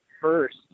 first